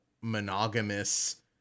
monogamous